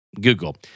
Google